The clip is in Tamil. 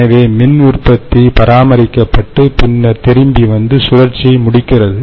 எனவே மின் உற்பத்தி பராமரிக்கப்பட்டு பின்னர் திரும்பி வந்து சுழற்சியை முடிக்கிறது